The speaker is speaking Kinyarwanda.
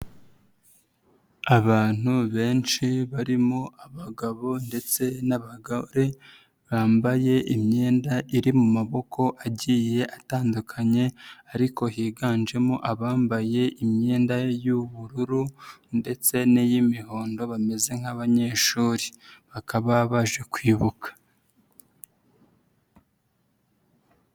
Abantu benshi barimo abagabo ndetse n'abagore bambaye imyenda iri mu maboko agiye atandukanye ariko higanjemo abambaye imyenda y'ubururu ndetse n'iy'imihondo bameze nk'abanyeshuri bakaba baje kwibuka.